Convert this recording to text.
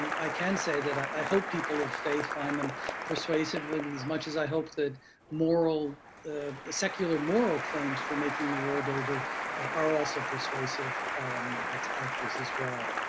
um i can say that i hope people of faith find them persuasive, and and as much as i hope that the the secular moral claims for making the world over are also persuasive to actors as well.